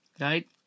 right